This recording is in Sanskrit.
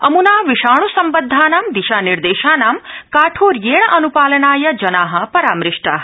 अमुना विषाणु सम्बद्धानां दिशानिर्देशानाम् काठोर्येण अनुपालनाय जना परामृष्टा